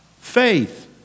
faith